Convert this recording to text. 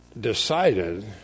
decided